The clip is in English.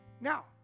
Now